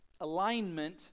Alignment